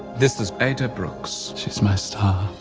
this is ada brooks, she's my star.